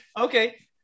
Okay